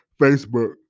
Facebook